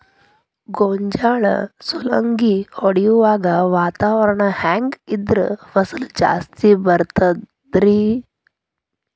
ಗೋಂಜಾಳ ಸುಲಂಗಿ ಹೊಡೆಯುವಾಗ ವಾತಾವರಣ ಹೆಂಗ್ ಇದ್ದರ ಫಸಲು ಜಾಸ್ತಿ ಬರತದ ರಿ?